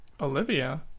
Olivia